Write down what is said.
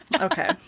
Okay